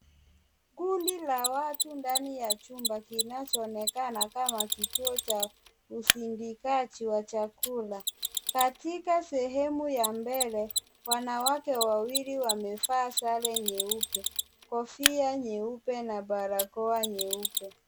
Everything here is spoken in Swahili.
Kundi la watu ndani ya chumba kinachoonekana kama kituo cha usindikaji wa chakula. Katika sehemu ya mbele wanawake wawili wamevaa sare nyeupe, kofia nyeupe na barakoa nyeupe.